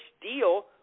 deal